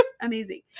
amazing